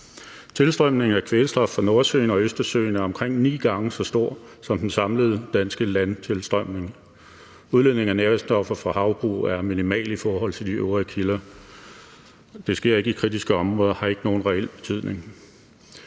Tilstrømningen af kvælstof fra Nordsøen og Østersøen er omkring ni gange så stor som den samlede danske landtilstrømning. Udledningen af næringsstoffer fra havbrug er minimal i forhold til de øvrige kilder. Det sker ikke i kritiske områder og har ikke nogen reel betydning.